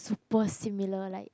super similar like